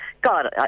God